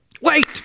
Wait